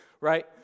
right